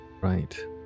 right